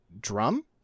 drum